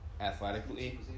athletically